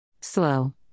Slow